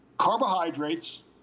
Carbohydrates